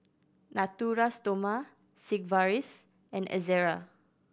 Natura Stoma Sigvaris and Ezerra